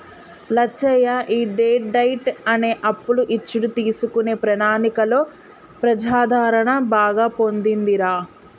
లచ్చయ్య ఈ debt diet అనే అప్పులు ఇచ్చుడు తీసుకునే ప్రణాళికలో ప్రజాదరణ బాగా పొందిందిరా